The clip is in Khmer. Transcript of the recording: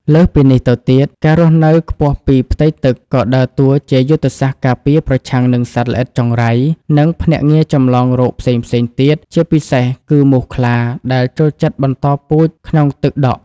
លើសពីនេះទៅទៀត ការរស់នៅខ្ពស់ពីផ្ទៃទឹកក៏ដើរតួជាយុទ្ធសាស្ត្រការពារប្រឆាំងនឹងសត្វល្អិតចង្រៃ និងភ្នាក់ងារចម្លងរោគផ្សេងៗទៀត ជាពិសេសគឺមូសខ្លាដែលចូលចិត្តបន្តពូជក្នុងទឹកដក់។